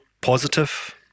positive